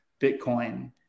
Bitcoin